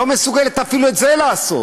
לא מסוגלת אפילו את זה לעשות.